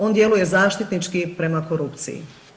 On djeluje zaštitnički prema korupciji.